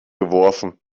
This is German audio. geworfen